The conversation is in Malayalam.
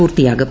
പൂർത്തിയാകും